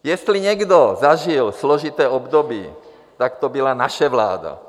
Jestli někdo zažil složité období, tak to byla naše vláda.